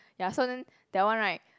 ya so then that one right